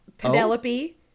Penelope